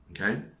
okay